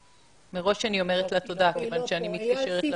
סיסו.